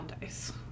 dice